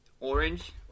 orange